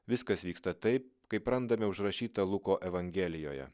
viskas vyksta taip kaip randame užrašyta luko evangelijoje